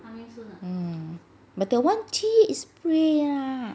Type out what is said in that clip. but that [one] 七月 is pray ah